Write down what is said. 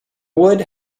wood